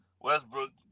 Westbrook